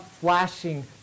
flashing